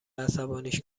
عصبانیش